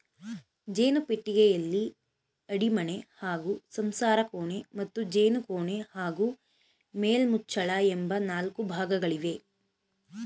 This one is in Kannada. ಜೇನು ಪೆಟ್ಟಿಗೆಯಲ್ಲಿ ಅಡಿಮಣೆ ಹಾಗೂ ಸಂಸಾರಕೋಣೆ ಮತ್ತು ಜೇನುಕೋಣೆ ಹಾಗೂ ಮೇಲ್ಮುಚ್ಚಳ ಎಂಬ ನಾಲ್ಕು ಭಾಗಗಳಿವೆ